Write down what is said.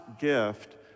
gift